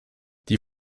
die